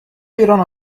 ایران